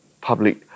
public